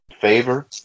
favor